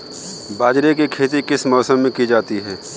बाजरे की खेती किस मौसम में की जाती है?